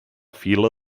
fila